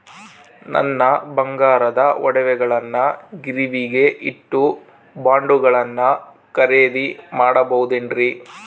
ನನ್ನ ಬಂಗಾರದ ಒಡವೆಗಳನ್ನ ಗಿರಿವಿಗೆ ಇಟ್ಟು ಬಾಂಡುಗಳನ್ನ ಖರೇದಿ ಮಾಡಬಹುದೇನ್ರಿ?